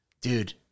Dude